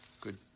Good